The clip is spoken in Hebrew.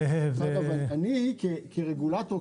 אני כרגולטור,